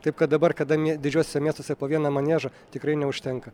taip kad dabar kada didžiuosiuose miestuose po vieną maniežą tikrai neužtenka